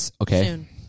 Okay